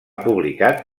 publicat